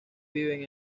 viven